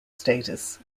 status